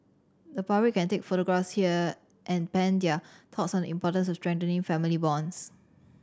the public can take photographs there and pen their thoughts on the importance of strengthening family bonds